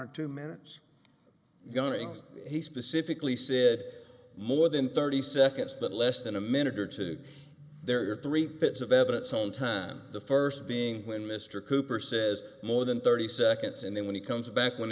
or two minutes going he specifically said more than thirty seconds but less than a minute or two there are three bits of evidence on time the first being when mr cooper says more than thirty seconds and then when he comes back when